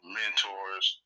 mentors